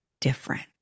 different